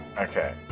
Okay